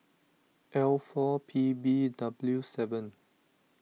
L four P B W seven